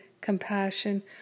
compassion